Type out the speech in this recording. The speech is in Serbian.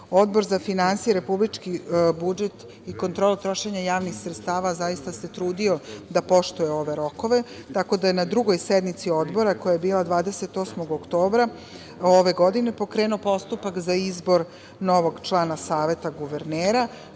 za finansije, republički budžet i kontrolu trošenja javnih sredstava zaista se trudio da poštuje ove rokove, tako da je na drugoj sednici Odbora, koja je bila 28. oktobra ove godine pokrenuo postupak za izbor novog člana Saveta guvernera. Postupak